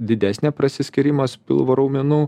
didesnė prasiskyrimas pilvo raumenų